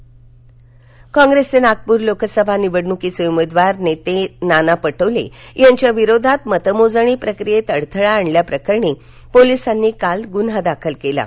नाना पटोले कॉग्रेसचे नागपूर लोकसभा निवडणुकीचे उमेदवार नेते नाना पटोले यांच्याविरोधात मतमोजणी प्रक्रियेत अडथळा आणल्याप्रकरणी पोलिसांनी काल गुन्हा दाखल केला आहे